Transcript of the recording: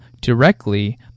directly